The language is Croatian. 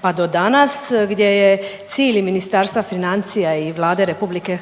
pa do danas gdje je cilj Ministarstva financija i Vlade RH